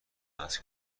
است